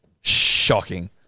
Shocking